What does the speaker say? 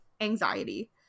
anxiety